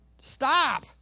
stop